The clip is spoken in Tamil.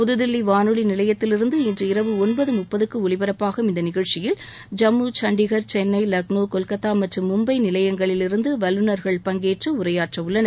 புதுதில்லி வானொலி நிலையத்திலிருந்து இன்று இரவு ஒன்பது முப்பதுக்கு ஒலிபரப்பாகும் இந்த நிகழ்ச்சியில் ஜம்மு சண்டிகர் சென்ளை லக்ளோ கொல்கத்தா மற்றம் மும்பை நிலையங்களிலிருந்து வல்லுநர்கள் பங்கேற்று உரையாற்றவுள்ளனர்